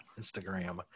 Instagram